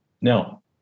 Now